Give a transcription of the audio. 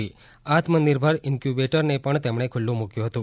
આત્મનિર્ભર ઇંકયુંબેટર ને પણ તેમણે ખુલ્લુ મૂક્યું હતું